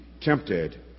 tempted